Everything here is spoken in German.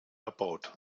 erbaut